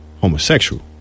homosexual